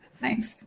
Thanks